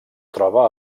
troba